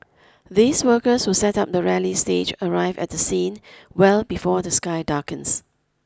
these workers who set up the rally stage arrive at the scene well before the sky darkens